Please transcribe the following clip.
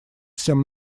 всем